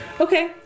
Okay